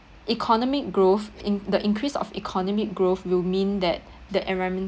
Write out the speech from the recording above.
economic growth inc~ the increase of economic growth will mean that the environment